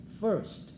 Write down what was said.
First